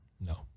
No